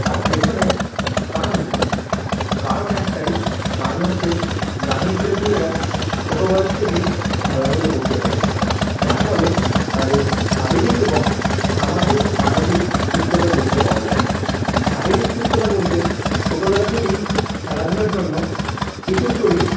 তার পেছনে কারণ কী কারণ একটাই কারণ হচ্ছে গ্রামীণ ছেলেপুলেরা ছোটো বয়স থেকেই খেলাধুলো করতে থাকে যার ফলে তাদের শারীরিক এবং সামাজিক মানসিক সুস্থতা দেখতে পাওয়া যায় শারীরিক সুস্থতা বলতে ছোটোবেলা থেকেই খেলাধুলার জন্য শিশুর শরীর